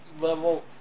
level